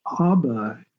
Abba